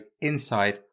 inside